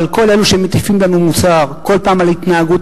אבל כל אלו שמטיפים לנו מוסר כל פעם על התנהגות